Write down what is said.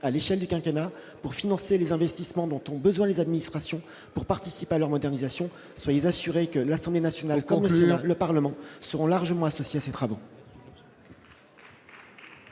à l'échelle du quinquennat pour financer les investissements dont ont besoin les administrations pour participer à leur modernisation, soyez assuré que l'Assemblée nationale, quand le Parlement seront largement associés à ces travaux.